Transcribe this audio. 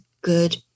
good